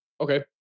Okay